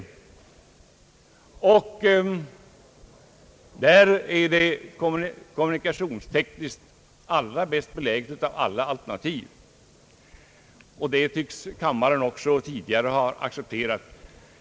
Det är också kommunikationstekniskt sett det bäst belägna alternativet, vilket kammaren även tidigare tycks ha accepterat.